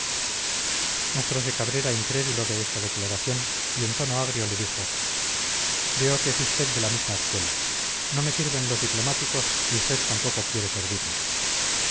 siciliano mostrose cabrera incrédulo de esta declaración y en tono agrio le dijo veo que es usted de la misma escuela no me sirven los diplomáticos y usted tampoco quiere servirme